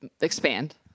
Expand